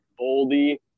Boldy